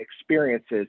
experiences